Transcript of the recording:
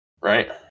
right